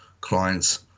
clients